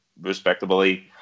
respectably